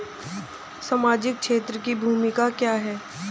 सामाजिक क्षेत्र की भूमिका क्या है?